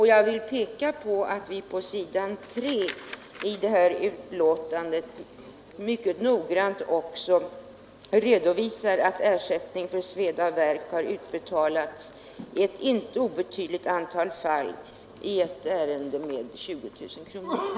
Jag vill peka på att vi på s. 3 i betänkandet mycket noggrant redovisar att ersättning för sveda och värk har utbetalats i ett inte obetydligt antal fall — i ett av dem med 20 000 kronor.